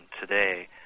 today